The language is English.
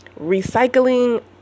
recycling